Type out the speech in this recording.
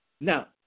now